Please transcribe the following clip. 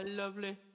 lovely